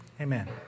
Amen